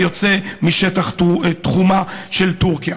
היוצא משטח תחומה של טורקיה.